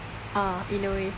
ah in a way